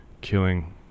killing